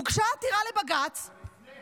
הוגשה עתירה לבג"ץ, זה לפני.